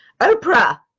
Oprah